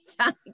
time